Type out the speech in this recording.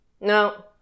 no